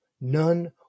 none